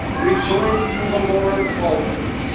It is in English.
rejoice in the lord always.